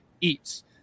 Eats